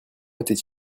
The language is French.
était